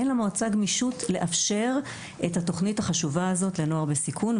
אין למועצה גמישות לאפשר את התוכנית החשובה הזאת לנוער בסיכון.